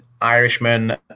Irishman